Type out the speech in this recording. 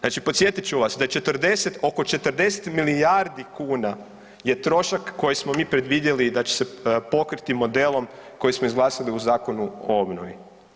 Znači podsjetit ću vas da je oko 40 milijardi kuna je trošak koji smo mi predvidjeli da će se pokriti modelom koji smo izglasali u Zakonu o obnovi.